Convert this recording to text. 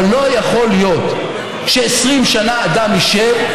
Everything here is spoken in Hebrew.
אבל לא יכול להיות ש-20 שנה אדם ישב,